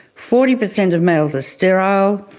forty percent of males are sterile,